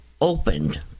opened